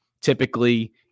Typically